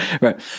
right